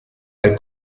del